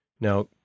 Now